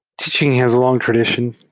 teaching has a long tradition.